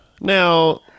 Now